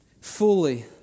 fully